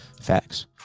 Facts